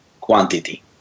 quantity